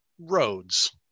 roads